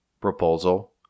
proposal